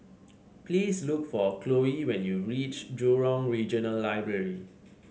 please look for Cloe when you reach Jurong Regional Library